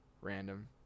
Random